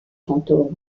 fantômes